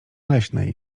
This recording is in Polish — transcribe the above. leśnej